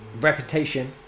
reputation